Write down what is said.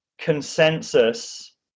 consensus